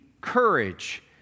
courage